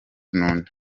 nundi